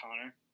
Connor